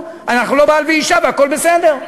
אנחנו לא בעל ואישה והכול בסדר.